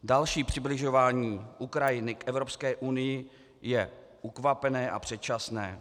Další přibližování Ukrajiny k Evropské unii je ukvapené a předčasné.